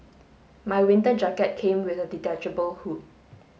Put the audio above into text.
my winter jacket came with a detachable hood